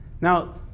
Now